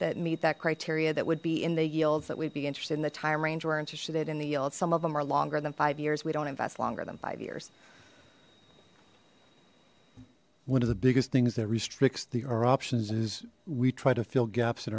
that meet that criteria that would be in the yields that we'd be interested in the time range we're interested in the yield some of them are longer than five years we don't invest longer than five years one of the biggest things that restricts the our options is we try to fill gaps in